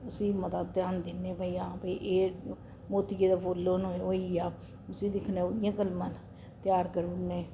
ते उसी मता ध्यान दिन्ने भाई जां भी एह् मोतिये दे फुल्ल न होई गेआ उसी दिक्खने ओह्दियां कलमां न त्यार करी ओड़ने